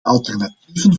alternatieven